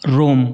Rome